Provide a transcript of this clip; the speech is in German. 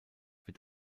wird